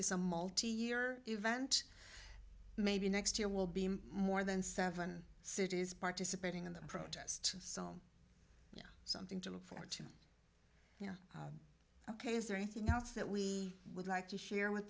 this a multi year event maybe next year will be more than seven cities participating in the protest song something to look forward you know ok is there anything else that we would like to share with